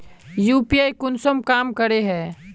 UPI कुंसम काम करे है?